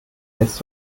hältst